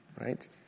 right